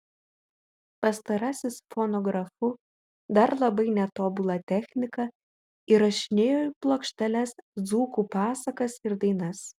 pastarasis fonografu dar labai netobula technika įrašinėjo į plokšteles dzūkų pasakas ir dainas